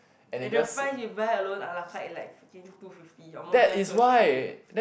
and the fries you buy alone a-la-carte it's like freaking two fifty almost near close three eh